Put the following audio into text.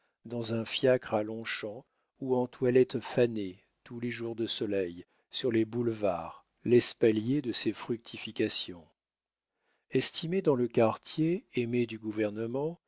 dans un fiacre à longchamp ou en toilette fanée tous les jours de soleil sur les boulevards l'espalier de ces fructifications estimés dans le quartier aimés du gouvernement